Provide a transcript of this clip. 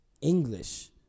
English